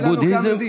של העם היהודי,